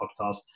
podcast